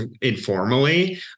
informally